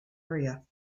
area